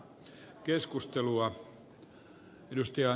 arvoisa puhemies